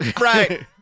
Right